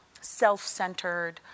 self-centered